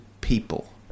people